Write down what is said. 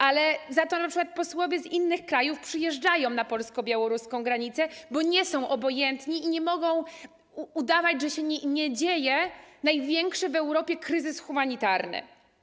Ale za to np. posłowie z innych krajów przyjeżdżają na polsko-białoruską granicę, bo nie są obojętni i nie mogą udawać, że nie dzieje się największy w Europie kryzys humanitarny.